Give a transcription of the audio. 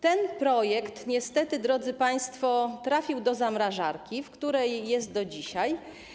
Ten projekt niestety, drodzy państwo, trafił do zamrażarki, w której jest do dzisiaj.